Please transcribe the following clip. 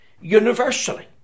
universally